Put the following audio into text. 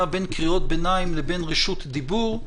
בין קריאות ביניים לבין רשות דיבור.